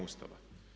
Ustava.